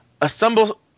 Assemble